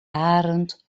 arend